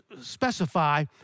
specify